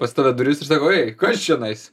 pas tave duris ir sako ei kas čionais